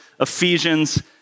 Ephesians